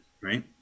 right